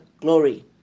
glory